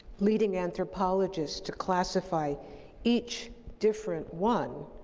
leading anthropologists to classify each different one